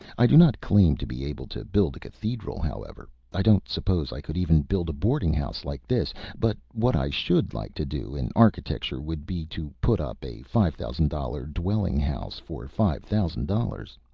i do not claim to be able to build a cathedral, however. i don't suppose i could even build a boarding-house like this, but what i should like to do in architecture would be to put up a five thousand dollars dwelling-house for five thousand dollars.